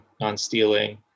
non-stealing